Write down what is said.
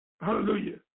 Hallelujah